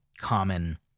common